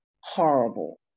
horrible